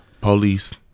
police